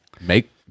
make